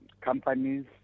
companies